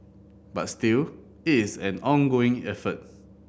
but still it is an ongoing effort